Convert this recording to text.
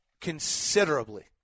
considerably